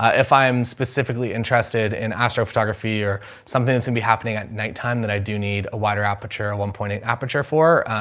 ah if i'm specifically interested in astro photography or something that's gonna and be happening at nighttime, that i do need a wider aperture, one point eight aperture for